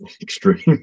extreme